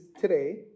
today